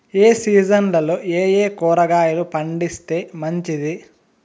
ఏ సీజన్లలో ఏయే కూరగాయలు పండిస్తే మంచిది